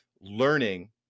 learning